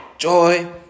Joy